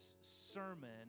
sermon